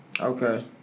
Okay